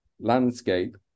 landscape